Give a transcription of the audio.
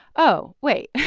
oh, wait.